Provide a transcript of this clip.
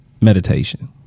meditation